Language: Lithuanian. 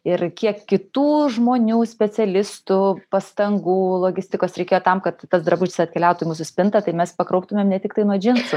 ir kiek kitų žmonių specialistų pastangų logistikos reikėjo tam kad tas drabužis atkeliautų į mūsų spintą tai mes pakrauptumėm ne tiktai nuo džinsų